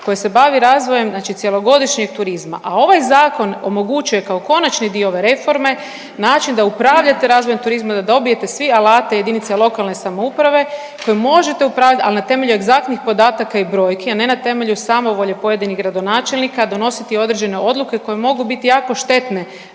koje se bavi razvojem znači cjelogodišnjeg turizma, a ovaj Zakon omogućuje, kao konačni dio ove reforme način da upravljate razvojem turizma, da dobijete svi alate, jedinice lokalne samouprave koje možete upravljati, ali na temelju egzaktnih podataka i brojki, a ne na temelju samovolje pojedinih gradonačelnika, donositi određene odluke koje mogu biti jako štetne